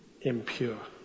impure